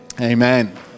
amen